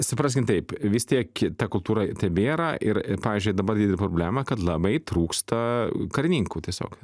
supraskim taip vis tiek ta kultūra tebėra ir pavyzdžiui dabar yra problema kad labai trūksta karininkų tiesiog